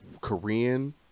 Korean